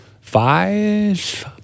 five-